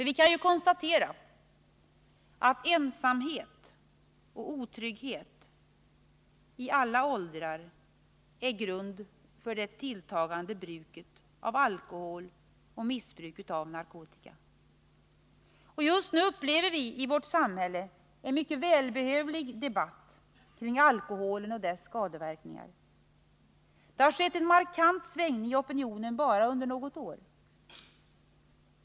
Vi kan konstatera att ensamhet och otrygghet i alla åldrar är grund för det Just nu upplever vi i vårt samhälle en mycket välbehövlig debatt kring alkoholen och dess skadeverkningar. Det har skett en markant svängning i opinionen bara under något år.